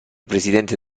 presidente